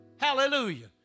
Hallelujah